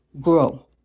grow